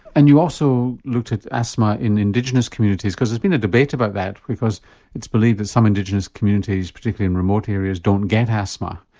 and you also looked at asthma in the indigenous communities because there's been a debate about that because it's believed that some indigenous communities, particularly in remote areas don't get asthma.